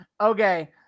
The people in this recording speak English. okay